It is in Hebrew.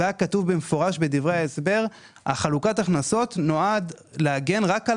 והיה כתוב שם במפורש שחלוקת ההכנסות נועדה להגן רק על